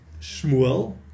Shmuel